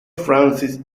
francis